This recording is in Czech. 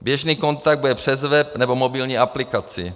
Běžný kontakt bude přes web nebo mobilní aplikaci.